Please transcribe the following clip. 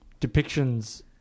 depictions